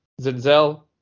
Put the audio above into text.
Zenzel